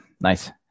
nice